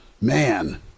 man